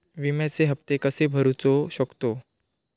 विम्याचे हप्ते कसे भरूचो शकतो?